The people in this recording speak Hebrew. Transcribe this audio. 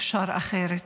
אפשר אחרת.